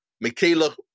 Michaela